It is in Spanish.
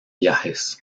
viajes